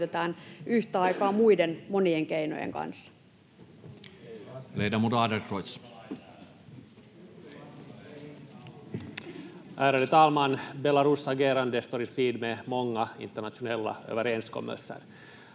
jota käytetään yhtä aikaa muiden monien keinojen kanssa.